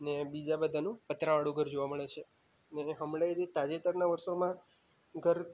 ને બીજા બધાનું પતરાવાળું ઘર જોવા મળે છે અને હમણાં તાજેતરના વર્ષોમાં ઘર